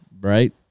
Right